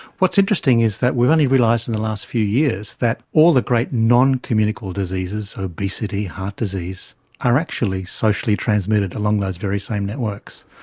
what's interesting is that we have only realised in the last few years that all the great noncommunicable diseases obesity, heart disease are actually socially transmitted along those very same networks.